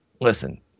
listen